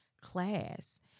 class